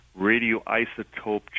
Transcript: radioisotope